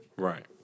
Right